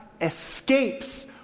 escapes